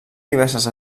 diverses